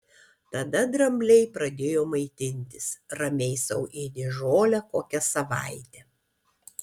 tada drambliai pradėjo maitintis ramiai sau ėdė žolę kokią savaitę